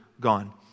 gone